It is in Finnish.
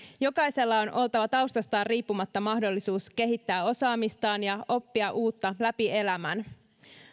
jokaisella on oltava taustastaan riippumatta mahdollisuus kehittää osaamistaan ja oppia uutta läpi elämän